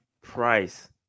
price